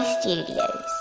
Studios